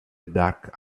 dark